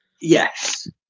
Yes